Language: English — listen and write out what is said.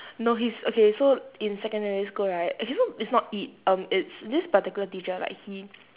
no he's okay so in secondary school right actually no it's not eat um it's this particular teacher like he